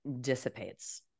dissipates